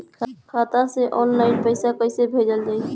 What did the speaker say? खाता से ऑनलाइन पैसा कईसे भेजल जाई?